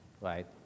Right